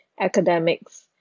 academics